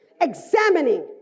examining